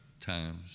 times